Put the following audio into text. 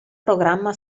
programma